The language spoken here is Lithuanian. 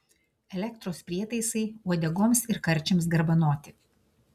elektros prietaisai uodegoms ir karčiams garbanoti